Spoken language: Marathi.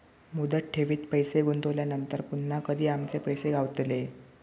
मुदत ठेवीत पैसे गुंतवल्यानंतर पुन्हा कधी आमचे पैसे गावतले?